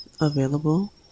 Available